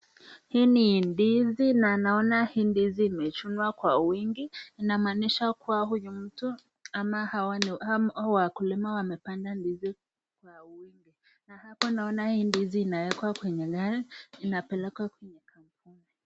Hii ni ndizi na naona hii ndizi imechunwa kwa wingi. Inamaanisha kuwa huyu mtu ama hawa wakulima wamepanda ndizi kwa wingi. Na hapa naona hii ndizi inawekwa kwenye gari inapelekwa kuuzwa.